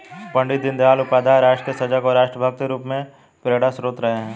पण्डित दीनदयाल उपाध्याय राष्ट्र के सजग व राष्ट्र भक्त के रूप में प्रेरणास्त्रोत रहे हैं